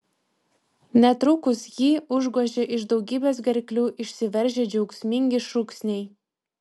netrukus jį užgožė iš daugybės gerklių išsiveržę džiaugsmingi šūksniai